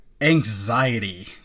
anxiety